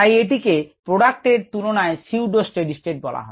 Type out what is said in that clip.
তাই এটিকে প্রোডাক্ট এর তুলনায় ছদ্ম স্টেডি স্টেট বলা হয়